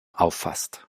auffasst